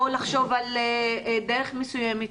או לחשוב על דרך מסוימת,